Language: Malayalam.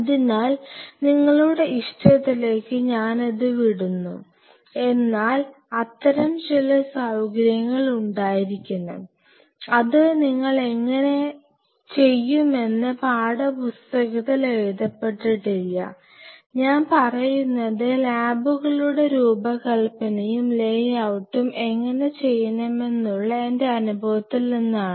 അതിനാൽ നിങ്ങളുടെ ഇഷ്ടത്തിലേക്ക് ഞാൻ ഇത് വിടുന്നു എന്നാൽ അത്തരം ചില സൌകര്യങ്ങൾ ഉണ്ടായിരിക്കണം ഇത് നിങ്ങൾ എങ്ങനെ ചെയ്യുമെന്ന് പാഠപുസ്തകത്തിൽ എഴുതപെട്ടിട്ടില്ല ഞാൻ പറയുന്നത് ലാബുകളുടെ രൂപകൽപ്പനയും ലേഔട്ടും എങ്ങനെ ചെയ്യണമെന്നുള്ള എന്റെ അനുഭവത്തിൽ നിന്നാണ്